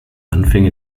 anfänge